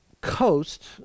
coast